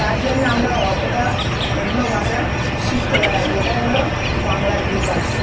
তার জন্যে আমরা অতটা অন্য ভাষা শিখতে পারিনা এটাই হলো বাংলার বিকাশ